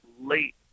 late